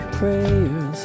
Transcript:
prayers